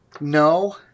No